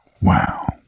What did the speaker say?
Wow